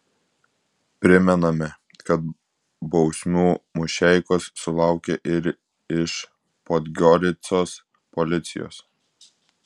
primename kad bausmių mušeikos sulaukė ir iš podgoricos policijos